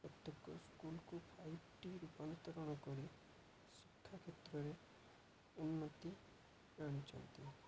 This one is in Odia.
ପ୍ରତ୍ୟେକ ସ୍କୁଲକୁ ଫାଇଭ୍ ଟି ରୂପାନ୍ତରଣ କରି ଶିକ୍ଷା କ୍ଷେତ୍ରରେ ଉନ୍ନତି ଆଣିଛନ୍ତି